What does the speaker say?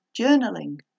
journaling